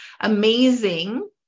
Amazing